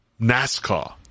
NASCAR